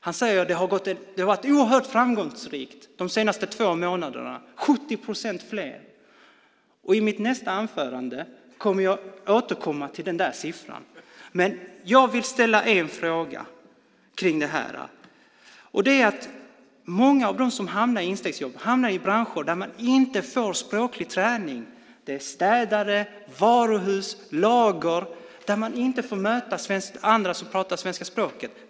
Han säger att det har varit oerhört framgångsrikt de senaste två månaderna, 70 procent fler. I mitt nästa anförande kommer jag att återkomma till den siffran. Men jag vill ställa en fråga kring detta. Många av dem som får instegsjobb hamnar i branscher där de inte får språklig träning. De arbetar som städare, i varuhus, i lager där de inte får möta andra som pratar svenska språket.